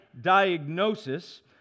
Diagnosis